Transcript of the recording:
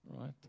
right